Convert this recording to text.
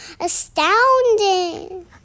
Astounding